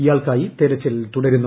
ഇയാൾക്കായി തെരച്ചിൽ തുടരുന്നു